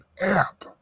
app